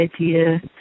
idea